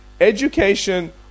education